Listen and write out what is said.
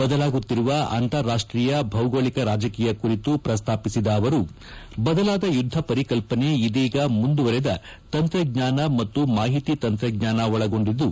ಬದಲಾಗುತ್ತಿರುವ ಅಂತಾರಾಷ್ಷೀಯ ಭೌಗೋಳಿಕ ರಾಜಕೀಯ ಕುರಿತು ಪ್ರಸ್ತಾಪಿಸಿದ ಅವರು ಬದಲಾದ ಯುದ್ದ ಪರಿಕಲ್ಲನೆ ಇದೀಗ ಮುಂದುವರೆದ ತಂತ್ರಜ್ಞಾನ ಮತ್ತು ಮಾಹಿತಿ ತಂತ್ರಜ್ಞಾನ ಒಳಗೊಂಡಿದ್ದು